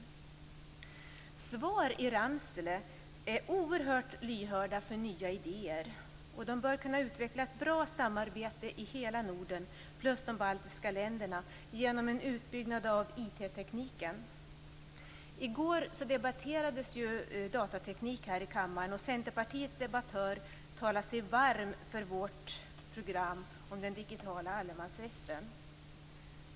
På SVAR i Ramsele är de oerhört lyhörda för nya idéer, och de bör kunna utveckla ett bra samarbete i hela Norden plus de baltiska länderna genom en utbyggnad av IT. I går debatterades datateknik här i kammaren, och Centerpartiets debattör talade sig varm för vårt program om den digitala allemansrätten.